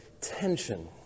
tension